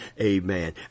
Amen